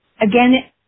again